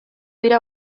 dira